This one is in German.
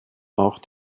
auch